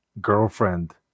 girlfriend